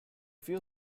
few